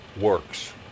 works